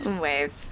Wave